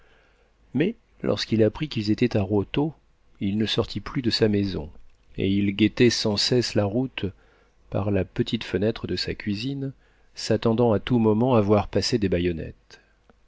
mais lorsqu'il apprit qu'ils étaient à rautôt il ne sortit plus de sa maison et il guettait sans cesse la route par la petite fenêtre de sa cuisine s'attendant à tout moment à voir passer des baïonnettes